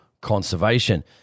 conservation